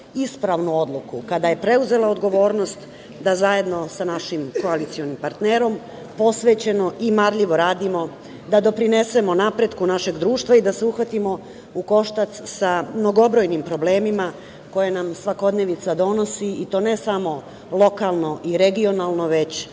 ispravnu odluku kada je preuzela odgovornost da zajedno sa našim koalicionim partnerom posvećeno i marljivo radimo da doprinesemo napretku našeg društva i da se uhvatimo u koštac sa mnogobrojnim problemima koje nam svakodnevnica donosi i to ne samo lokalno i regionalno, već